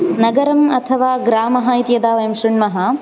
नगरम् अथवा ग्रामः इति यदा वयं शृण्मः